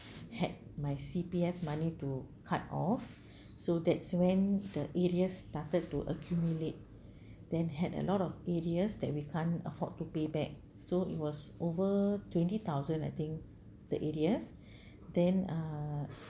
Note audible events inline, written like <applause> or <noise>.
<breath> had my C_P_F money to cut off so that's when the arrears started to accumulate then had a lot of arrears that we can't afford to pay back so it was over twenty thousand I think the arrears <breath> then uh